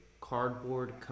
cardboard